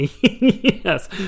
Yes